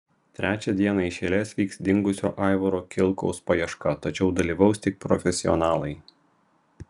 trečią dieną iš eilės vyks dingusio aivaro kilkaus paieška tačiau dalyvaus tik profesionalai